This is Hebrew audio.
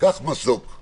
קח מסוק זה